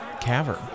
cavern